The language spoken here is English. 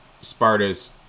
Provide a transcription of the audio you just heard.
Sparta's